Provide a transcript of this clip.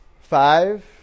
Five